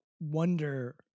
wonder